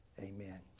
Amen